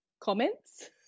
comments